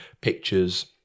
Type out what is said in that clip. pictures